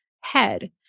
head